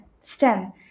STEM